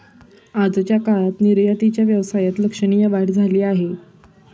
आजच्या काळात निर्यातीच्या व्यवसायात लक्षणीय वाढ झाली आहे